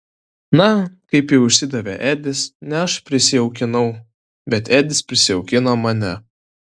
na kaip jau išsidavė edis ne aš prisijaukinau bet edis prisijaukino mane